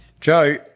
Joe